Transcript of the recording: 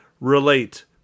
relate